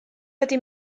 wedi